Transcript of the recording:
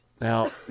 Now